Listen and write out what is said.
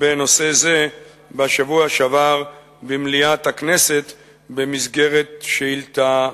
בנושא זה בשבוע שעבר במליאת הכנסת בעקבות שאילתא דחופה.